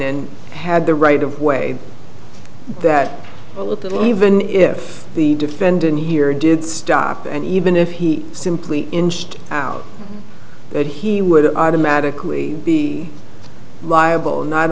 and had the right of way that a little even if the defendant here did stop and even if he simply inched out that he would automatically be liable not